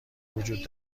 وجود